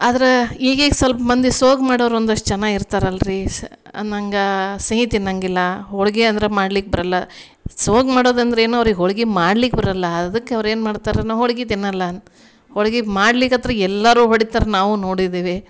ಆದ್ರ ಈಗೀಗ ಸ್ವಲ್ಪ ಮಂದಿ ಸೋಗು ಮಾಡೋರು ಒಂದಿಷ್ಟು ಜನ ಇರ್ತಾರಲ್ರಿ ಸ ನಂಗೆ ಸಿಹಿ ತಿನ್ನೊಂಗಿಲ್ಲ ಹೋಳಿಗೆ ಅಂದ್ರೆ ಮಾಡ್ಲಿಕ್ಕೆ ಬರೋಲ್ಲ ಸೋಗು ಮಾಡೋದಂದ್ರೆ ಏನು ಅವರಿಗೆ ಹೋಳಿಗೆ ಮಾಡ್ಲಿಕ್ಕೆ ಬರೋಲ್ಲ ಅದ್ಕೆ ಅವ್ರು ಏನು ಮಾಡ್ತಾರೇನು ಹೋಳಿಗೆ ತಿನ್ನೊಲ್ಲ ಅಂತ ಹೋಳಿಗೆ ಮಾಡ್ಲಿಕತ್ರೆ ಎಲ್ಲರೂ ಹೊಡಿತಾರೆ ನಾವೂ ನೋಡಿದ್ದೀವಿ